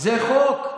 זה חוק.